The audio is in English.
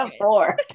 four